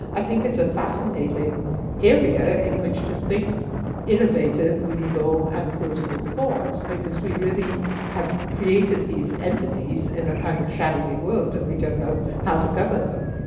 i think it's a fascinating area in which to think innovative legal and political thoughts because we really have created these entities in a kind of shadowy world and we don't know how to govern them.